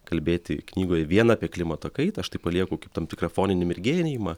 kalbėti knygoj vien apie klimato kaitą aš tai palieku kaip tam tikrą foninį mirgėjimą